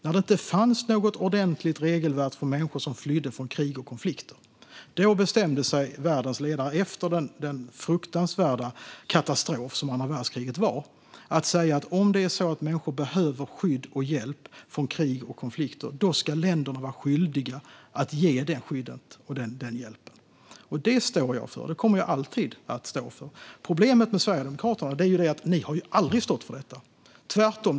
Då fanns det inget ordentligt regelverk för människor som flydde från krig och konflikter. Efter den fruktansvärda katastrof som andra världskriget utgjorde bestämde sig världens ledare för att säga: Om det är så att människor behöver skydd och hjälp från krig och konflikter ska länderna vara skyldiga att ge det skyddet och den hjälpen. Det står jag för, och det kommer jag alltid att stå för. Problemet med Sverigedemokraterna är att ni aldrig har stått för detta, Jonas Andersson - tvärtom.